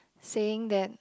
saying that